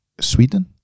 Sweden